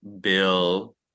bill